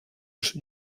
els